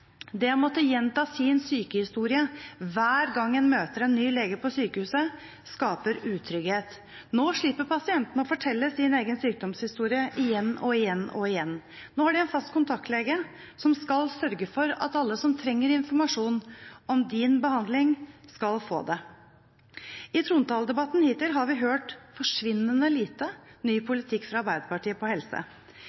Det å måtte gjenta sin sykehistorie hver gang en møter en ny lege på sykehuset, skaper utrygghet. Nå slipper pasientene å fortelle sin sykdomshistorie igjen og igjen og igjen. Nå har de en fast kontaktlege, som skal sørge for at alle som trenger informasjon om deres behandling, skal få det. I trontaledebatten hittil har vi hørt forsvinnende lite ny